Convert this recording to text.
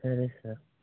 సరే సార్